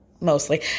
Mostly